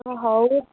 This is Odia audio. ହ ହଉ